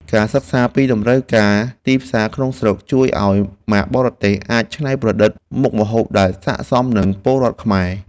ការសិក្សាពីតម្រូវការទីផ្សារក្នុងស្រុកជួយឱ្យម៉ាកបរទេសអាចច្នៃប្រឌិតមុខម្ហូបដែលស័ក្តិសមនឹងពលរដ្ឋខ្មែរ។